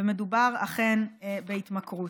ומדובר אכן בהתמכרות.